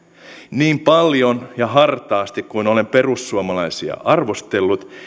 niin paljon ja hartaasti kuin olen perussuomalaisia arvostellut